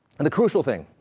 and the crucial thing,